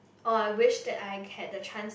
orh I wish that I had the chance